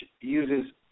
uses